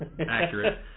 accurate